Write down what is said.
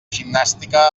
gimnàstica